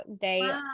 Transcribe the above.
they-